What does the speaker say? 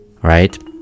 right